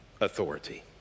authority